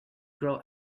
grow